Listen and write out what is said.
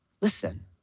listen